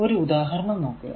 ഒരു ഉദാഹരണം നോക്കുക